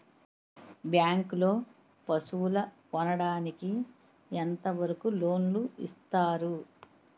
Bank లో పశువుల కొనడానికి ఎంత వరకు లోన్ లు ఇస్తారు?